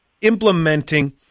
implementing